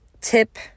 tip